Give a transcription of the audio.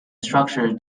structure